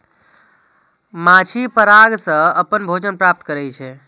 माछी पराग सं अपन भोजन प्राप्त करै छै